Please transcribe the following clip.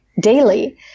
daily